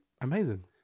Amazing